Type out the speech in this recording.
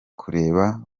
kureba